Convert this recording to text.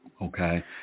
Okay